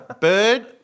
Bird